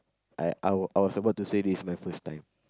I I were I was about to say this my first time